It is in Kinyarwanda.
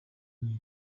nke